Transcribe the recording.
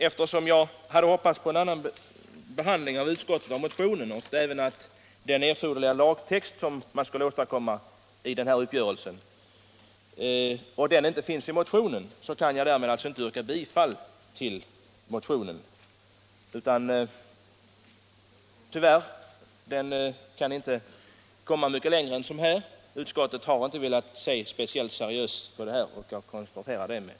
Eftersom jag hade hoppats på en annan behandling av motionen i utskottet och eftersom den erforderliga lagtext som skulle åstadkommas i den här uppgörelsen inte finns i motionen, kan jag inte yrka bifall till motionen. Tyvärr går det inte att komma så värst mycket längre än så här, men jag konstaterar med ledsnad att utskottet inte har velat se speciellt seriöst på detta.